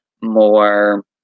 more